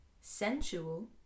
sensual